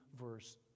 verse